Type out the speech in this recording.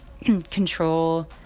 control